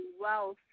wealth